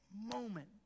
moment